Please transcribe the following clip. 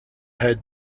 had